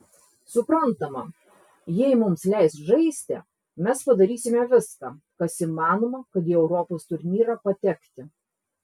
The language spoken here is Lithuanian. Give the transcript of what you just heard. suprantama jei mums leis žaisti mes padarysime viską kas įmanoma kad į europos turnyrą patekti